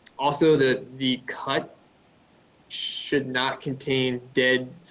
also the the cut should not contain dead,